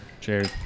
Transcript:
Cheers